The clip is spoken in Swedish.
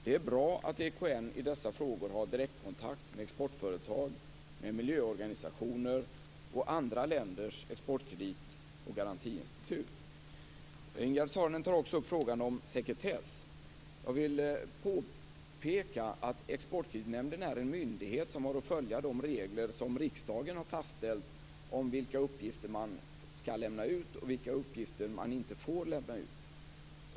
Det är bra att EKN i dessa frågor har direktkontakt med exportföretag med miljöorganisationer och andra länders exportkredit och exportgarantiinstitut. Ingegerd Saarinen tar också upp frågan om sekretess. Jag vill påpeka att Exportkreditnämnden är en myndighet som har att följa de regler som riksdagen har fastställt om vilka uppgifter man skall lämna ut och vilka uppgifter man inte får lämna ut.